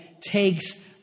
takes